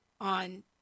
on